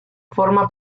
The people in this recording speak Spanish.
forma